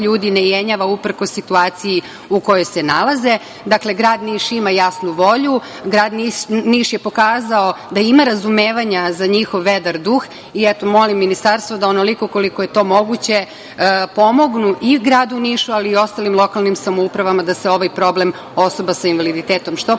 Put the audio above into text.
ljudi ne jenjava uprkos situaciji u kojoj se nalaze. Dakle, grad Niš ima jasnu volju, grad Niš je pokazao da ima razumevanja za njihov vedar duh i molim Ministarstvo da onoliko koliko je to moguće pomognu i gradu Nišu, ali i ostalim lokalnim samoupravama da se ovaj problem osoba sa invaliditetom što pre